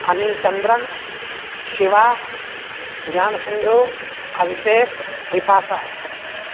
Anil Chandran Shiva Gyanasindhu Abhishek Vipasa